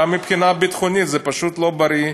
גם מבחינה ביטחונית זה פשוט לא בריא,